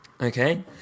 Okay